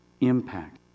impact